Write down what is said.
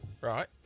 right